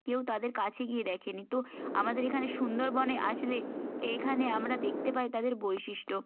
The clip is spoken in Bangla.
কেউ তাদের কাছে গিয়ে দেখেনি তো আমাদের এখানে সুন্দরবনে আসলে এখানে আমরা দেখতে পাই তাদের বৈশিষ্ট্য